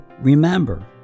remember